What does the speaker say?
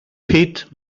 hit